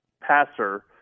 passer